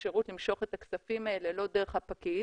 אפשרות למשוך את הכספים האלה לא דרך הפקיד